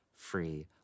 free